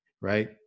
right